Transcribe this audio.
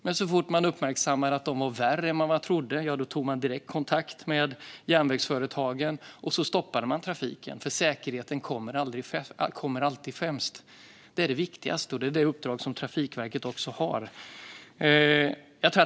Men så fort man uppmärksammade att de var värre än man trodde tog man direkt kontakt med järnvägsföretagen och stoppade trafiken, eftersom säkerheten alltid kommer främst. Det är det viktigaste, och det är det uppdrag som Trafikverket har.